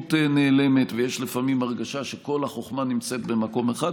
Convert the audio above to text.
הצניעות נעלמת ויש לפעמים הרגשה שכל החוכמה נמצאת במקום אחד.